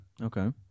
Okay